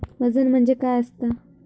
वजन म्हणजे काय असता?